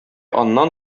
аннан